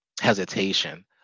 hesitation